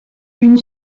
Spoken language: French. une